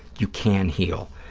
you can heal.